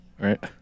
right